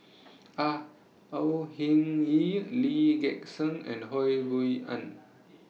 Au O Hing Yee Lee Gek Seng and Ho Rui An